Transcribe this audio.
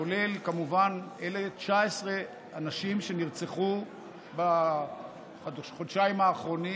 כולל כמובן 19 האנשים שנרצחו בחודשיים האחרונים.